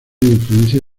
influencia